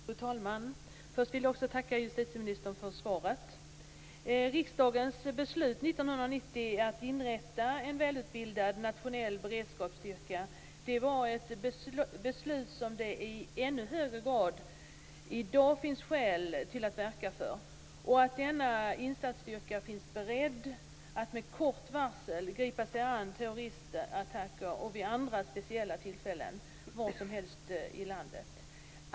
Fru talman! Först vill också jag tacka justitieministern för svaret. Riksdagens beslut 1990, att inrätta en välutbildad nationell beredskapsstyrka, är ett beslut som det i ännu högre i dag finns skäl att verka för. Denna insatsstyrka skall vara beredd att med kort varsel gripa in vid terroristattacker och vid andra speciella tillfällen var som helst i landet.